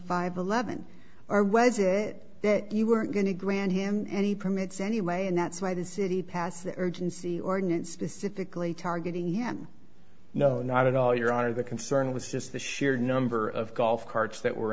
five eleven or was it that you weren't going to grant him any permits anyway and that's why the city passed the urgency ordinance specifically targeting him no not at all your honor the concern was just the sheer number of golf carts that were